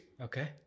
Okay